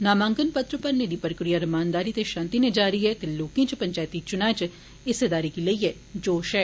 नामांकन पत्र भरने दी प्रक्रिया रमानदारी ते शांति नै जारी ऐ ते लोकें च पंचैती चुना च हिस्सेदारी गी लेइयै जोश ऐ